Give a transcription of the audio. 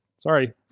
Sorry